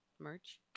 merch